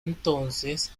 entonces